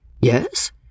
Yes